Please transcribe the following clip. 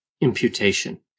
imputation